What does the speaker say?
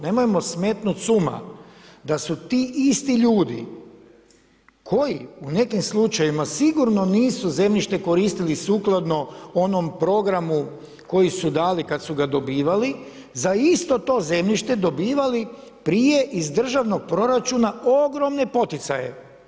Nemojmo smetnut s uma da su ti isti ljudi koji u nekim slučajevima sigurno nisu zemljište koristili sukladno onom programu koji su dali kad su ga dobivali, za isto to zemljište dobivali prije iz državnog proračuna ogromne poticaje.